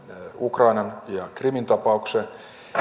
ukrainan ja krimin tapaukseen niin